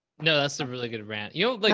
no, that's a really good rant. yeah oh, like